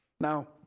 Now